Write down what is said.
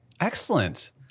Excellent